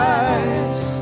eyes